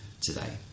today